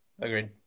Agreed